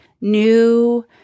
new